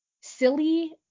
silly